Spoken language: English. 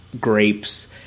grapes